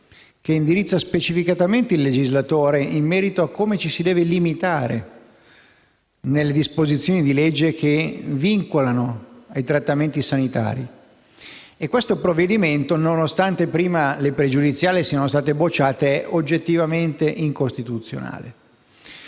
indirizza specificamente il legislatore in merito a come ci si deve limitare nelle disposizioni di legge che vincolano ai trattamenti sanitari. Questo provvedimento, nonostante le pregiudiziali siano state prima respinte, è oggettivamente incostituzionale.